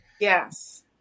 Yes